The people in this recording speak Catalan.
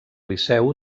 liceu